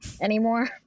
anymore